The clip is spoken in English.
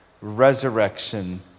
resurrection